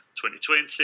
2020